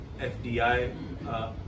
FDI